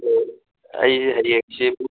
ꯑꯗꯣ ꯑꯩꯁꯦ ꯍꯌꯦꯡꯁꯤ